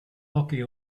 hockey